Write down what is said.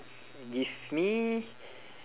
if me